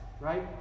Right